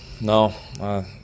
No